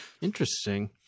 Interesting